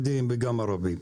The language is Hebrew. ובמגזר הערבי,